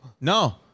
No